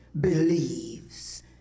believes